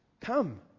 Come